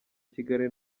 kigali